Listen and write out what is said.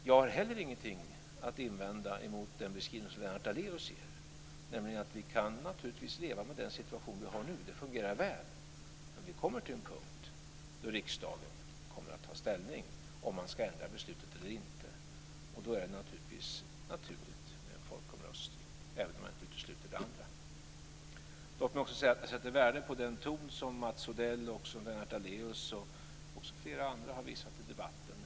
Jag har inte heller någonting att invända mot den beskrivning som Lennart Daléus ger, nämligen att vi naturligtvis kan leva med den situation som vi nu har. Det fungerar väl. Men vi kommer till en punkt då riksdagen kommer att ta ställning till om man ska ändra beslutet eller inte. Och då är det naturligtvis naturligt med en folkomröstning, även om jag inte utesluter det andra. Låt mig också säga att jag sätter värde på den ton som Mats Odell, Lennart Daléus och flera andra har använt i debatten.